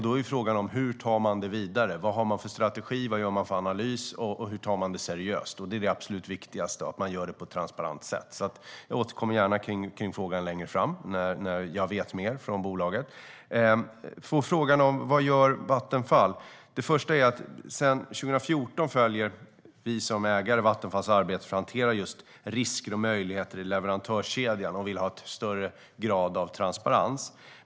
Då är frågan hur man tar det vidare, vad man har för strategi, vad man gör för analys och hur seriöst man tar det. Det är det absolut viktigaste - att man gör det på ett transparent sätt. Jag återkommer gärna till frågan längre fram när jag vet mer från bolaget. Jag fick frågan: Vad gör Vattenfall? Sedan 2014 följer vi som ägare Vattenfalls arbete för att hantera just risker och möjligheter i leverantörskedjan och vill ha en högre grad av transparens.